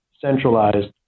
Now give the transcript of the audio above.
centralized